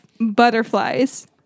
Butterflies